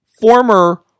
former